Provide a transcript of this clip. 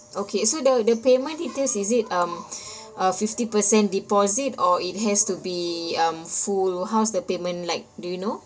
okay so the the payment details is it um uh fifty percent deposit or it has to be um full how's the payment like do you know